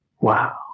Wow